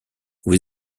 vous